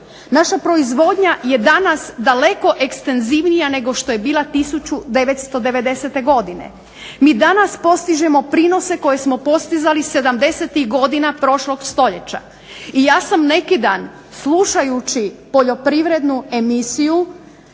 Naša proizvodnja je danas daleko ekstenzivnija nego što je bila 1990. godine, mi danas postižemo prinose koje smo postizali '70.-ih godina prošlog stoljeća. I ja sam neki dan poljoprivrednu emisiju